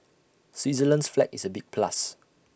Switzerland's flag is A big plus